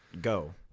Go